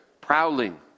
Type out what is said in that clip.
prowling